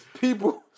People